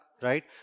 right